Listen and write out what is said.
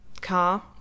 car